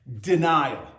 denial